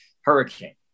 hurricane